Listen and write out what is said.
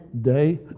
day